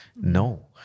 No